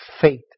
faith